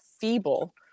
feeble